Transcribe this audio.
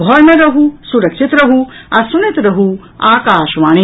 घर मे रहू सुरक्षित रहू आ सुनैत रहू आकाशवाणी